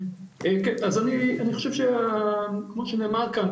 אז אני חושב שכמו שנאמר כאן,